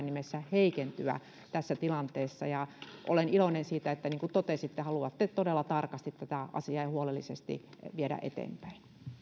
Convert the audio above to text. nimessä heikentyä tässä tilanteessa ja olen iloinen siitä että niin kuin totesitte haluatte todella tarkasti tätä asiaa ja huolellisesti viedä eteenpäin